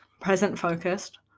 present-focused